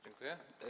Dziękuję.